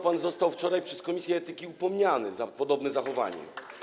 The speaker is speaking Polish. Pan został wczoraj przez komisję etyki upomniany za podobne zachowanie.